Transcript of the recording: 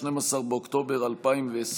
12 באוקטובר 2020,